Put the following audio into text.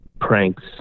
pranks